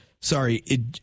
sorry